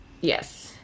Yes